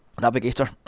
navigator